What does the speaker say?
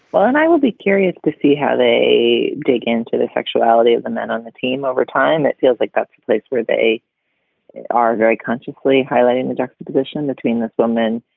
but and i will be curious to see how they dig into the sexuality of the men on the team over time. it feels like that's the place where they are very consciously highlighting the juxtaposition between this woman.